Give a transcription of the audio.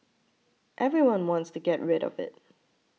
everyone wants to get rid of it